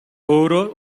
өөрөө